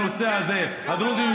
את זה מקבלים גם הדרוזים,